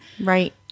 Right